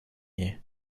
you